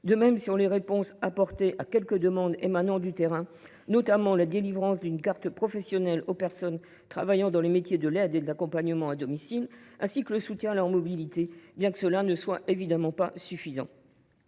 de même pour les réponses apportées à quelques demandes émanant du terrain, notamment la délivrance d’une carte professionnelle aux personnes travaillant dans les métiers de l’aide et de l’accompagnement à domicile, ainsi que le soutien à leur mobilité, bien que cela ne soit évidemment pas suffisant.